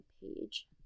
page